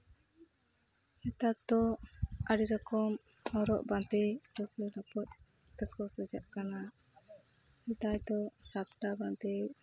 ᱱᱮᱛᱟᱨ ᱫᱚ ᱟᱹᱰᱤ ᱨᱚᱠᱚᱢ ᱦᱚᱨᱚᱜ ᱵᱟᱸᱫᱮ ᱱᱟᱱᱟᱨᱚᱠᱚᱢ ᱛᱮᱠᱚ ᱥᱟᱡᱟᱜ ᱠᱟᱱᱟ ᱱᱮᱛᱟᱨ ᱫᱚ ᱥᱟᱯᱴᱟ ᱵᱟᱸᱫᱮ